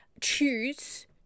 choose